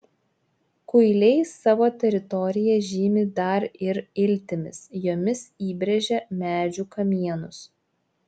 kuiliai savo teritoriją žymi dar ir iltimis jomis įbrėžia medžių kamienus